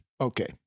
Okay